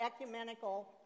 ecumenical